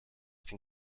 can